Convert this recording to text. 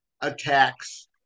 attacks